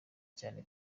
cyane